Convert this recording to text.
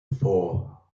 four